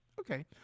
Okay